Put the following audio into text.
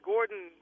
Gordon